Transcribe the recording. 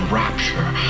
rapture